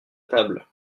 table